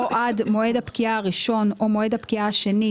או עד מועד הפקיעה הראשון או מועד הפקיעה השני,